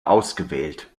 ausgewählt